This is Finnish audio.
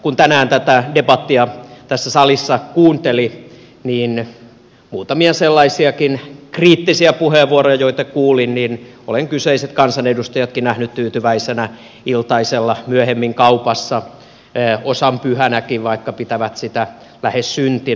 kun tänään tätä debattia tässä salissa kuunteli niin muutamia sellaisiakin kriittisiä puheenvuoroja joita kuulin niin olen kyseiset kansanedustajatkin nähnyt tyytyväisenä iltaisella myöhemmin kaupassa osan pyhänäkin vaikka pitävät sitä lähes syntinä